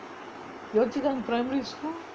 yio chu kang primary school